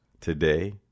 Today